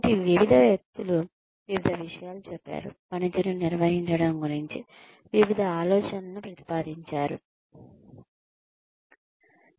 కాబట్టి వివిధ వ్యక్తులు వివిధ విషయాలు చెప్పారు పనితీరును నిర్వహించడం గురించి వివిధ ఆలోచనలను ప్రతిపాదించారు